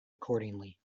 accordingly